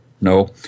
No